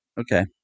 Okay